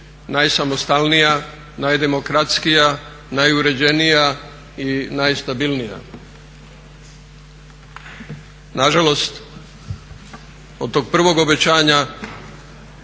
najsamostalnija, najdemokratskija, najuređenija i najstabilnija. Nažalost, od tog prvog obećanja